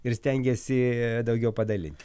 ir stengiesi daugiau padalinti